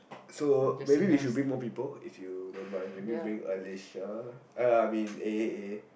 So maybe we should bring more people if you don't mind maybe we bring Alicia uh I mean A A